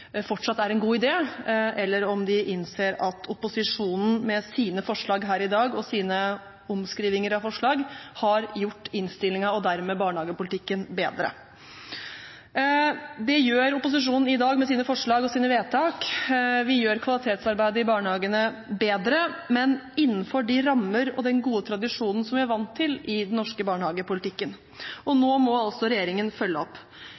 fortsatt er en god idé, eller om de innser at opposisjonen, med sine forslag her i dag og sine omskrivinger av forslag, har gjort innstillingen og dermed barnehagepolitikken bedre. Det gjør opposisjonen i dag, med sine forslag og sine vedtak. Vi gjør kvalitetsarbeidet i barnehagene bedre, men innenfor de rammer og den gode tradisjonen som vi er vant til i den norske barnehagepolitikken. Og nå må altså regjeringen følge opp.